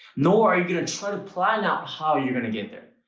nor are you gonna try to plan out how you're gonna get there.